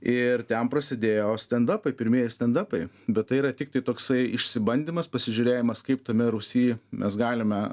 ir ten prasidėjo stendapai pirmieji stendapai bet tai yra tiktai toksai išsibandymas pasižiūrėjimas kaip tame rūsy mes galime